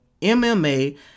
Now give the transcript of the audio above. MMA